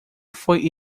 foi